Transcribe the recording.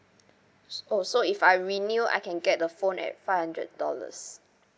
oh so if I renew I can get the phone at five hundred dollars